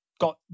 got